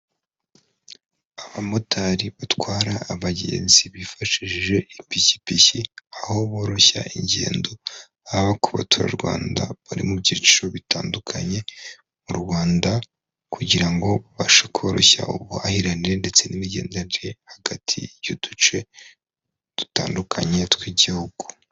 Abamotari batwara abagenzi bifashishije ipikipiki aho boroshya ingendo haba ku baturarwanda bari mu byiciro bitandukanye mu Rwanda kugira ngo babashe koroshya ubuhahiranere ndetse n'imigendererane hagati y'uduce dutandukanye tw'igihugu.